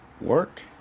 work